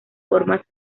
formas